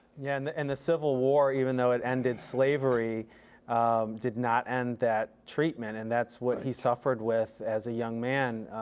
yeah and in and the civil war, even though it ended slavery did not end that treatment. and that's what he suffered with as a young man.